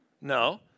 No